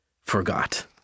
forgot